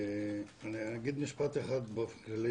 אני אגיד משפט אחד כללי,